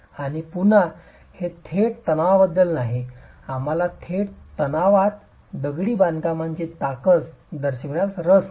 आणि पुन्हा हे थेट तणावाबद्दल नाही आम्हाला थेट तणावात दगडी बांधकामाची ताकद दर्शविण्यास रस नाही